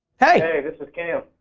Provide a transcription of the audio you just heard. hey. hey, this is cam.